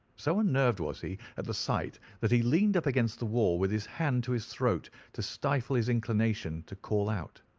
so unnerved was he at the sight that he leaned up against the wall with his hand to his throat to stifle his inclination to call out.